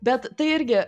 bet tai irgi